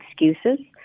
excuses